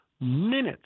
minutes